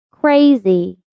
Crazy